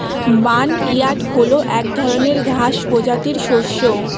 barnyard হল এক ধরনের ঘাস প্রজাতির শস্য